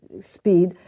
speed